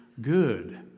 Good